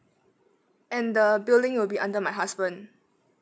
and the billing will be under my husband